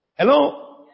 Hello